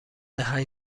هشت